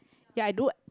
ya I do